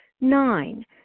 Nine